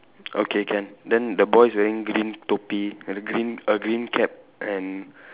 okay can then the boy's wearing green thoppi and a green a green cap and